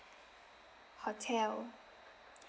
hotel